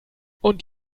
und